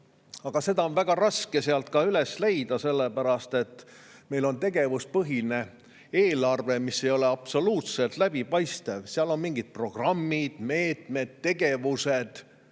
Aga neid on väga raske sealt üles leida, sellepärast et meil on tegevuspõhine eelarve, mis ei ole absoluutselt läbipaistev. Seal on mingid programmid, meetmed, tegevused,